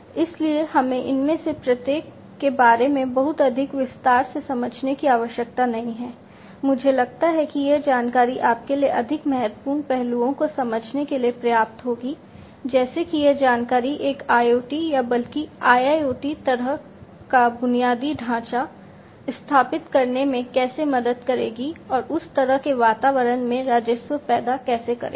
इसलिए हमें इनमें से प्रत्येक के बारे में बहुत अधिक विस्तार से समझने की आवश्यकता नहीं है मुझे लगता है कि यह जानकारी आपके लिए अधिक महत्वपूर्ण पहलुओं को समझने के लिए पर्याप्त होगी जैसे कि यह जानकारी एक IoT या बल्कि IIoT तरह का बुनियादी ढांचा स्थापित करने में कैसे मदद करेगी और उस तरह के वातावरण में राजस्व पैदा कैसे करेगी